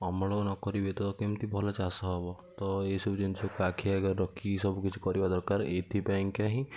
ଅମଳ ନ କରିବେ ତ କେମତି ଭଲ ଚାଷ ହେବ ତ ଏସବୁ ଜିନିଷକୁ ଆଖିଆଗରେ ରଖିକି ସବୁକିଛି କରିବା ଦରକାର ଏଇଥିପାଇଁକା ହିଁ